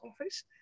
office